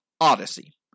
Odyssey